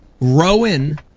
Rowan